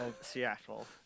Seattle